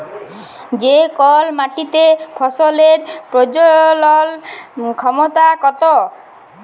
যে কল মাটিতে ফসলের প্রজলল ক্ষমতা কত